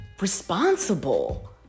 responsible